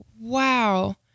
wow